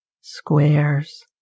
squares